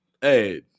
Hey